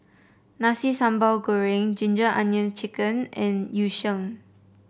Nasi Sambal Goreng Ginger Onions chicken and Yu Sheng